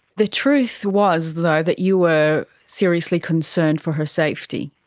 the truth was though that you were seriously concerned for her safety?